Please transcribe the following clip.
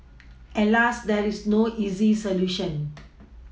Alas there is no easy solution